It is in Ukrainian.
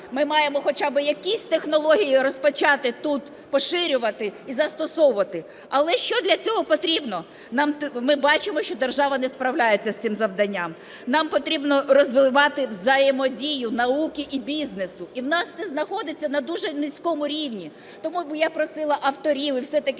ми маємо хоча би якісь технології розпочати тут поширювати і застосовувати. Але що для цього потрібно? Ми бачимо, що держава не справляється з цим завданням. Нам потрібно розвивати взаємодію науки і бізнесу, і у нас це знаходиться на дуже низькому рівні. Тому би я просила авторів і все-таки